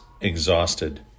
Exhausted